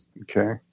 Okay